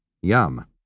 Yum